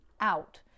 out